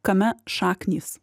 kame šaknys